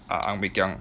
ah ang wei kiang